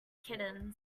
kittens